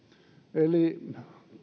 eli